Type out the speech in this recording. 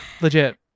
legit